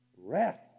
rest